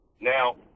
Now